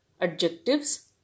adjectives